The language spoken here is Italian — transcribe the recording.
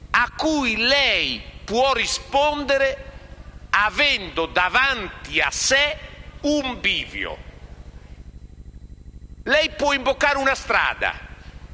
a cui lei può rispondere avendo davanti a sé un bivio. Lei può invocare una strada,